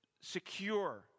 secure